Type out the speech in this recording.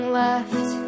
left